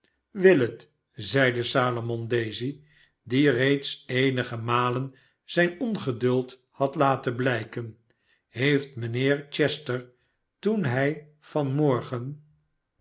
zeld e salomon daisy die reeds eenige malen zijn ongeduld had laten blijken heeft mijnheer chester toen hij